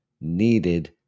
needed